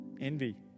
envy